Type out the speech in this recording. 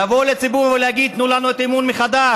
לבוא לציבור ולהגיד: תנו לנו את האמון מחדש.